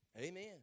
Amen